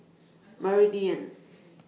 Meridian